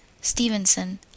Stevenson